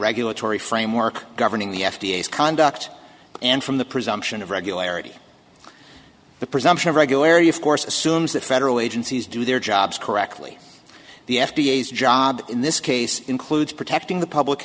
regulatory framework governing the f d a conduct and from the presumption of regularity the presumption of regularity of course assumes that federal agencies do their jobs correctly the f d a is job in this case includes protecting the public